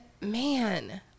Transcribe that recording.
man